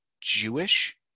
Jewish